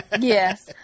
Yes